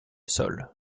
sol